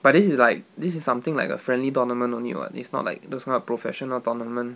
but this is like this is something like a friendly tournament only [what] it's not like those kind of professional tournament